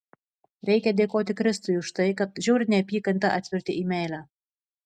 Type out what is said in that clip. reikia dėkoti kristui už tai kad žiaurią neapykantą atvertė į meilę